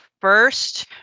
first